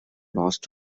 lost